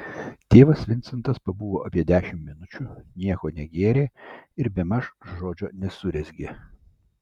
tėvas vincentas pabuvo apie dešimt minučių nieko negėrė ir bemaž žodžio nesurezgė